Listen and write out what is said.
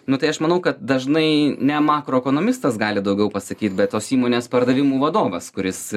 nu tai aš manau kad dažnai ne makro ekonomistas gali daugiau pasakyt bet tos įmonės pardavimų vadovas kuris